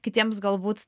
kitiems galbūt